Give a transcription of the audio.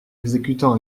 exécutant